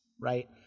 right